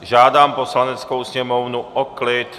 Žádám Poslaneckou sněmovnu o klid.